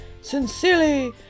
Sincerely